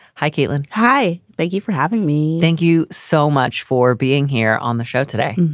hi, caitlin. hi. thank you for having me. thank you so much for being here on the show today.